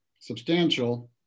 substantial